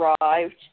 arrived